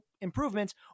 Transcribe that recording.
improvements